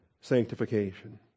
sanctification